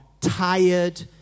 tired